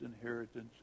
inheritance